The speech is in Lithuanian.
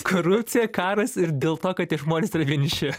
korupcija karas ir dėl to kad tie žmonės yra vieniši